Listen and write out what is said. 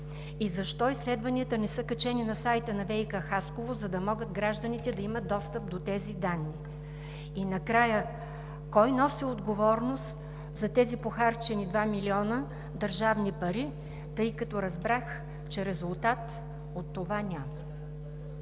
и защо изследванията не са качени на сайта на ВиК – Хасково, за да могат гражданите да имат достъп до тези данни? И накрая, кой носи отговорност за тези похарчени два милиона държавни пари, тъй като разбрах, че резултат от това няма?